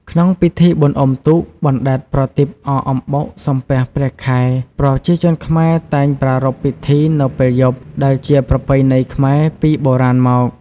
ក្នុងពិធីបុណ្យអុំទូក បណ្ដែតប្រទីប អកអំបុក សំពះព្រះខែ ប្រជាជនខ្មែរតែងប្រារព្ធពិធីនៅពេលយប់ ដែលជាប្រពៃណីខ្មែរពីបុរាណមក។